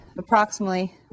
Approximately